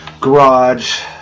garage